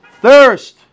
thirst